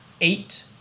eight-